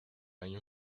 año